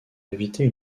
éviter